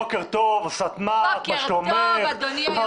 בוועדה המשותפת של ועדת חוץ והביטחון וועדת הפנים והגנת הסביבה